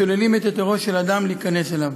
השוללים את היתרו של אדם להיכנס אליו.